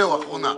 זהו, אחרונה.